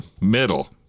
middle